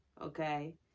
okay